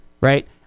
right